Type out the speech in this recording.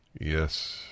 Yes